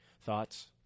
Thoughts